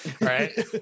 right